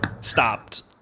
stopped